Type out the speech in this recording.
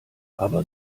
aber